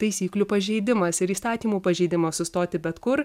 taisyklių pažeidimas ir įstatymų pažeidimas sustoti bet kur